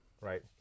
Right